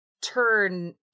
turn